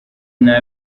nta